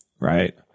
right